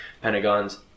Pentagon's